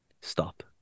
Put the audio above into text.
Stop